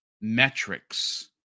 metrics